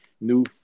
new